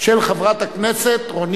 של חבר הכנסת דני